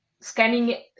scanning